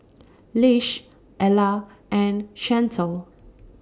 Lish Ella and Chantal